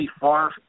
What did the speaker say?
far